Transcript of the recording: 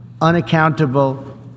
unaccountable